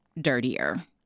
dirtier